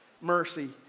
mercy